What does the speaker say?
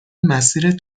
مسیر